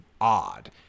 odd